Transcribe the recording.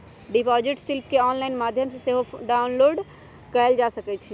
deposit slip केंऑनलाइन माध्यम से सेहो डाउनलोड कएल जा सकइ छइ